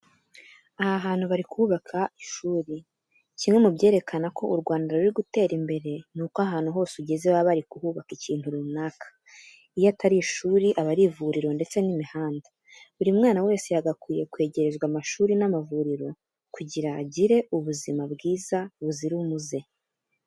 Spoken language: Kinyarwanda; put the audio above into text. Aha hantu bari kuhubaka ishuri. Kimwe mu byerekana ko u Rwanda ruri gutera imbere ni uko ahantu hose ugeze baba bari kubaka ikintu runaka. Iyo atari ishuri aba ari ivuriro ndetse n'imihanda. Buri mwana wese yagakwiye kwegerezwa amashuri n'amavuriro kugira agire ubuzima bwiza buzira umuze.